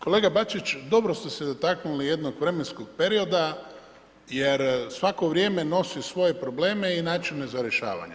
Kolega Bačić dobro ste se dotaknuli jednog vremenskog perioda jer svako vrijeme nosi svoje probleme i načine za rješavanje.